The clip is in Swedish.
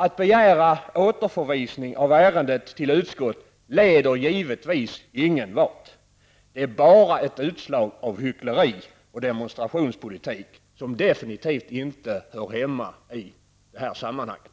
Att begära återförvisning av ärendet till utskottet leder givetvis ingen vart. Det är bara ett utslag av hyckleri och demonstrationspolitik, som definitivt inte hör hemma i det här sammanhanget.